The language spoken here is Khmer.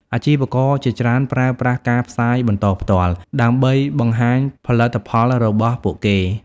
អាជីវករជាច្រើនប្រើប្រាស់ការផ្សាយបន្តផ្ទាល់ ដើម្បីបង្ហាញផលិតផលរបស់ពួកគេ។